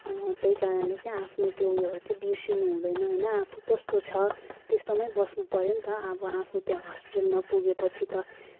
त्यही कारणले चाहिँ आफ्नो त्यो उयोहरू बिर्सिनु हुँदैन होइन आफू कस्तो छ त्यस्तोमै बस्नु पऱ्यो नि त अब आफू त्यहाँ हस्पिटलमा पुगेपछि त